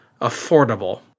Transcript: affordable